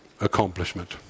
accomplishment